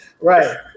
Right